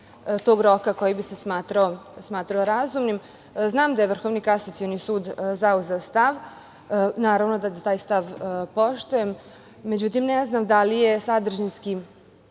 tog roka koji bi se smatrao razumnim. Znam da je Vrhovni kasacioni sud zauzeo stav, naravno da taj stav poštujem, međutim, ne znam da li je sadržinski,